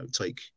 take